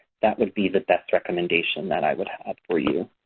that would be the best recommendation that i would have for you.